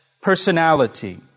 personality